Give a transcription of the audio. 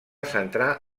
centrar